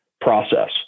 process